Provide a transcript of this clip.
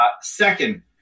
Second